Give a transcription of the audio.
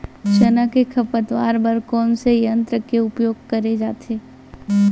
चना के खरपतवार बर कोन से यंत्र के उपयोग करे जाथे?